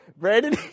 Brandon